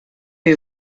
you